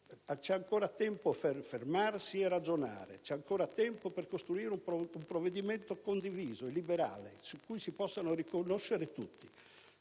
c'è ancora tempo per fermarsi e ragionare; c'è ancora tempo per costruire un provvedimento condiviso e liberale su cui si possano riconoscere tutti.